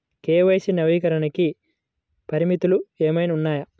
KYC నవీకరణకి పరిమితులు ఏమన్నా ఉన్నాయా?